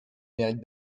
mérite